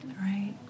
Right